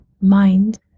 mind